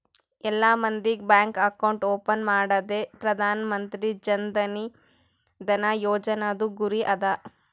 ಎಲ್ಲಾ ಮಂದಿಗ್ bank account open ಮಾಡದೆ ಪ್ರಧಾನ್ ಮಂತ್ರಿ ಜನ್ ಧನ ಯೋಜನಾದು ಗುರಿ ಅದ